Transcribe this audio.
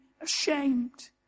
ashamed